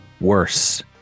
worse